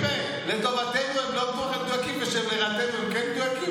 כשהסקרים לטובתנו הם לא כל כך מדויקים וכשהם לרעתנו הם כן מדויקים?